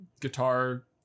guitar